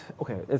okay